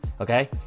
okay